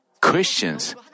Christians